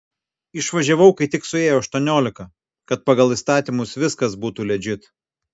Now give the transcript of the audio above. išvažiavau kai tik suėjo aštuoniolika kad pagal įstatymus viskas būtų ledžit